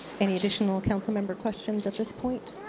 any additional council member questions at this point?